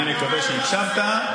אני מקווה שהקשבת.